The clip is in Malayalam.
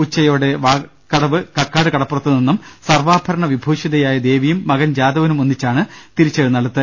ഉച്ചയോടെ വാക്കടവ് കക്കാട് കടപ്പുറത്ത് നിന്നും സർവാഭരണ വിഭൂഷിതയായ ദേവിയും മകൻ ജാതവനും ഒന്നിച്ചാണ് തിരിച്ചെഴുന്നള്ളത്ത്